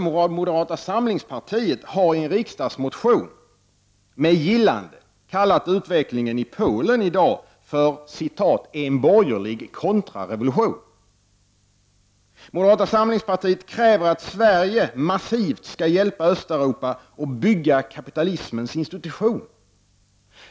Moderata samlingspartiet har ju i en riksdagsmotion med gillande kallat utvecklingen i Polen i dag för ”en borgerlig kontrarevolution”. Moderaterna kräver att Sverige skall hjälpa Östeuropa att ”bygga kapitalismens institutioner”.